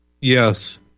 Yes